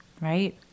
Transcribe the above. Right